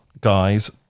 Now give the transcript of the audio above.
guys